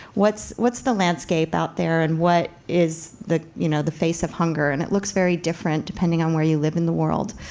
what's what's the landscape out there and what is the you know the face of hunger, and it looks very different depending on where you live in the world.